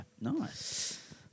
Nice